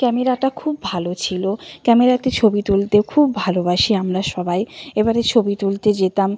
ক্যামেরাটা খুব ভালো ছিল ক্যামেরাতে ছবি তুলতেও খুব ভালোবাসি আমরা সবাই এবারে ছবি তুলতে যেতাম